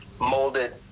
molded